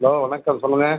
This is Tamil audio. ஹலோ வணக்கம் சொல்லுங்கள்